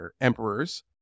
emperors